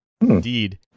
Indeed